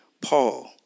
Paul